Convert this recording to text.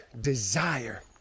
desire